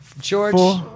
George